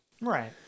Right